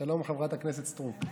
חברת הכנסת סטרוק.